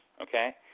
okay